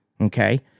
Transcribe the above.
okay